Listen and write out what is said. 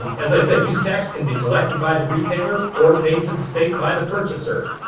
as i said, use tax can be collected by the retailer or paid to the state by the purchaser.